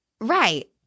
Right